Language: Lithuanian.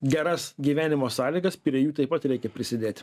geras gyvenimo sąlygas prie jų taip pat reikia prisidėti